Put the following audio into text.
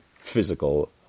physical